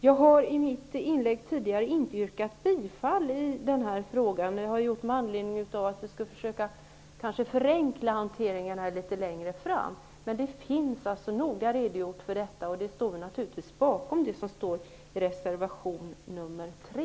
Jag har i mitt tidigare inlägg inte yrkat bifall i denna fråga, eftersom avsikten var att förenkla hanteringen litet längre fram. Men den finns noga redogjord, och vi står naturligtvis bakom reservation nr 3.